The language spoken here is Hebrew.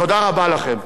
תודה רבה לכם.